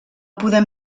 podem